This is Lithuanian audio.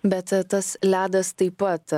bet tas ledas taip pat